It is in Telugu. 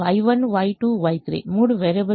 Y1 Y2 Y3 మూడు వేరియబుల్స్ ఉన్నాయి